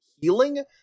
healing